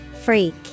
Freak